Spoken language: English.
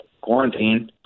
quarantine